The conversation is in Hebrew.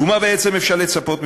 ומה בעצם אפשר לצפות ממך?